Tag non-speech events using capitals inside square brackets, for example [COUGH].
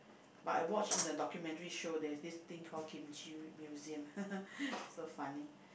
but I watch in the documentary show there's this thing call kimchi museum [LAUGHS] so funny